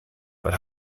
but